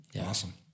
Awesome